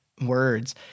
words